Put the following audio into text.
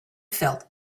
felt